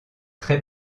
très